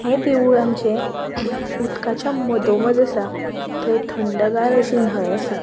हें देवूळ आमचें उदकाच्या मदोमद आसा थंय थंडगार अशी न्हंय आसा